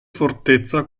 fortezza